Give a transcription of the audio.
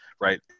right